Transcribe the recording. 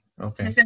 Okay